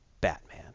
Batman